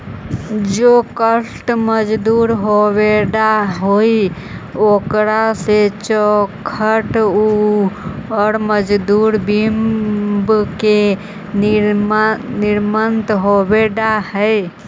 जे काष्ठ मजबूत होवऽ हई, ओकरा से चौखट औउर मजबूत बिम्ब के निर्माण होवऽ हई